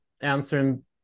answering